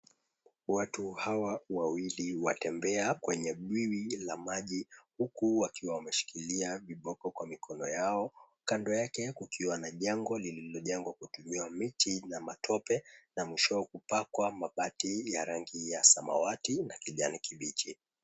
Watu hawa wawili watembea kwenye bwiwi la maji huku wakiwa wameshikilia viboko kwenye mikono yao. Kando yao kukiwa na jengo lililojengwa kutumia miti na matope na mwishowe kupakwa mabati ya rangi ya samawati na kijani kibichi.